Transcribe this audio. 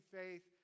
faith